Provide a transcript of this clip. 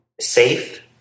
safe